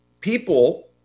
people